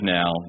now